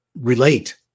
relate